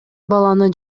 баланы